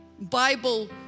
Bible